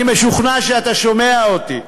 אני משוכנע שאתה שומע אותי,